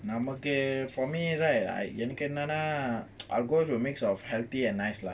நமக்கு:namakku for me right I எனக்குஎன்னனா:enaku ennana I will go to the mix of healthy and nice ah